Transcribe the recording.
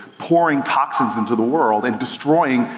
pouring toxins into the world and destroying,